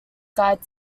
guide